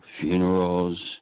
funerals